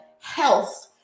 health